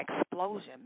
explosion